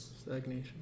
Stagnation